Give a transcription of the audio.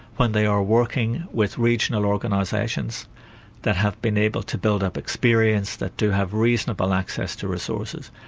when they are working with regional organisations that have been able to build up experience, that do have reasonable access to resources,